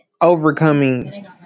overcoming